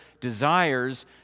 desires